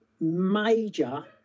major